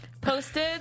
posted